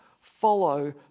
Follow